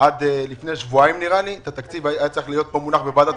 עד לפני שבועיים כמדומני ולא הונח.